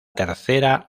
tercera